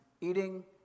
eating